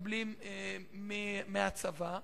שמתקבלים מהצבא.